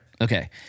Okay